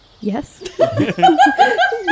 Yes